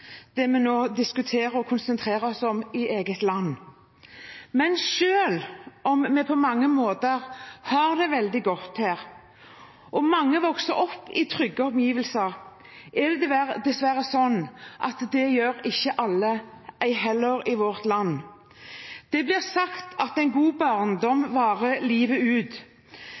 det vi nå diskuterer og konsentrerer oss om i eget land. Men selv om vi på mange måter har det veldig godt her, og mange vokser opp i trygge omgivelser, er det dessverre sånn at det gjør ikke alle, ei heller i vårt land. Det blir sagt at en god barndom varer livet ut.